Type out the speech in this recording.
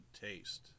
Taste